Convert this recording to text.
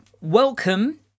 welcome